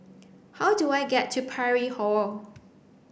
how do I get to Parry Hall